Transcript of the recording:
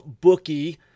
bookie